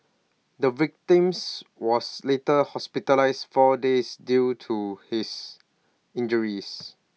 the victims was later hospitalised four days due to his injuries